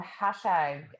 hashtag